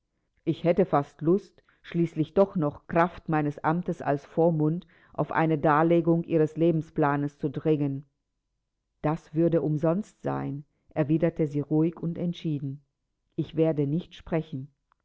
ich hätte fast lust schließlich doch noch kraft meines amtes als vormund auf eine darlegung ihres lebensplanes zu dringen das würde umsonst sein erwiderte sie ruhig und entschieden ich werde nicht sprechen